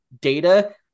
data